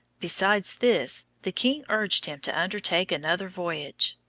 besides this, the king urged him to undertake another voyage.